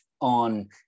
on